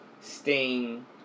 Sting